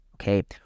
okay